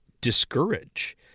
discourage